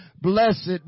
Blessed